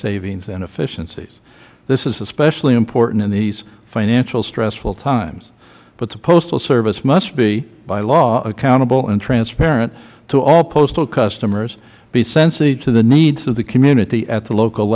savings and efficiencies this is especially important in these stressful financial times but the postal service must be by law accountable and transparent to all postal customers be sensitive to the needs of the community at the local